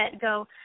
go